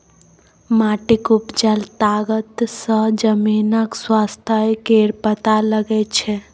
माटिक उपजा तागत सँ जमीनक स्वास्थ्य केर पता लगै छै